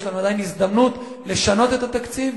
יש לנו עדיין הזדמנות לשנות את התקציב.